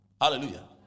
Hallelujah